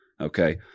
okay